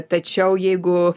tačiau jeigu